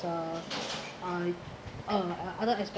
uh I uh ot~ other